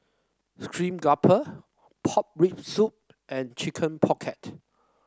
Steamed Grouper Pork Rib Soup and Chicken Pocket